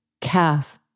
calf